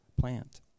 plant